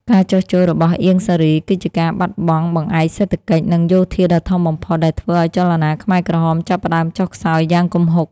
ការចុះចូលរបស់អៀង សារី គឺជាការបាត់បង់បង្អែកសេដ្ឋកិច្ច និងយោធាដ៏ធំបំផុតដែលធ្វើឱ្យចលនាខ្មែរក្រហមចាប់ផ្ដើមចុះខ្សោយយ៉ាងគំហុក។